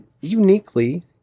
uniquely